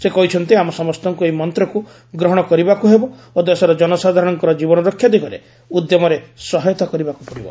ସେ କହିଛନ୍ତି ଆମ ସମସ୍ତଙ୍କୁ ଏହି ମନ୍ତକୁ ଗ୍ରହଣ କରିବାକୁ ହେବ ଓ ଦେଶର ଜନସାଧାରଣଙ୍କର ଜୀବନରକ୍ଷା ଦିଗରେ ଉଦ୍ୟମରେ ସହାୟତା କରିବାକୁ ପଡ଼ିବ